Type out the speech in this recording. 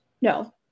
No